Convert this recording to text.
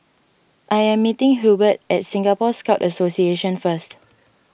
I am meeting Hubert at Singapore Scout Association first